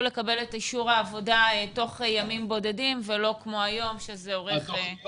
לקבל את אישור העבודה תוך ימים בודדים ולא כמו היום שזה אורך זמן.